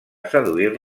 seduir